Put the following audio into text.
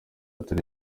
atari